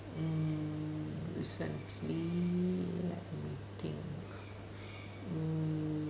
mm recently let me think mm